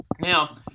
Now